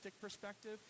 perspective